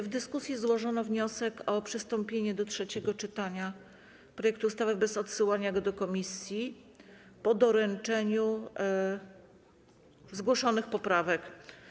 W dyskusji złożono wniosek o przystąpienie do trzeciego czytania projektu ustawy bez odsyłania go do komisji po doręczeniu zgłoszonych poprawek.